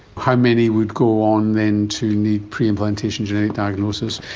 how many would go on then to need preimplantation genetic diagnosis?